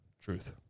Truth